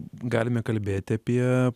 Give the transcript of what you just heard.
galime kalbėti apie